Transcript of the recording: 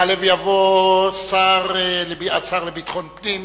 יעלה ויבוא השר לביטחון פנים,